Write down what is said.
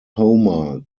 homer